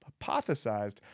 hypothesized